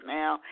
now